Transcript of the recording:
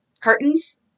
curtains